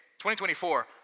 2024